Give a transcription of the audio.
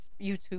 youtube